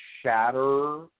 shatter